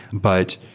but,